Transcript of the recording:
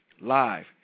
live